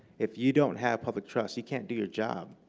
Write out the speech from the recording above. if you don't have public trust, you can't do your job.